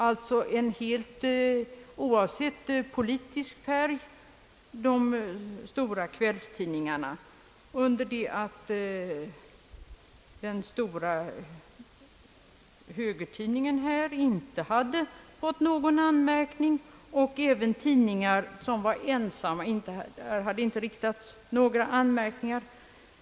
Det var alltså oavsett politisk färg fråga om de stora kvällstidningarna, under det att den stora högertidningen i Stockholm inte hade fått någon anmärkning. Inte heller mot tidningar som var ensamma i sitt spridningsområde hade det riktats några anmärkningar.